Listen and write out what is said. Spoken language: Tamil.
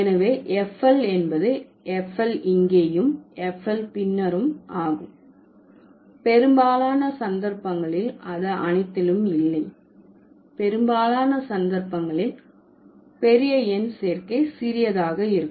எனவே FL என்பது FL இங்கேயும் FL பின்னரும் ஆகும் பெரும்பாலான சந்தர்ப்பங்களில் அது அனைத்திலும் இல்லை பெரும்பாலான சந்தர்ப்பங்களில் பெரிய எண் சேர்க்கை சிறியதாக இருக்கும்